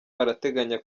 arateganya